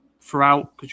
throughout